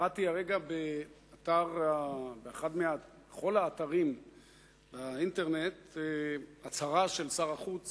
קראתי הרגע בכל האתרים באינטרנט הצהרה של שר החוץ